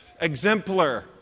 exemplar